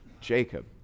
Jacob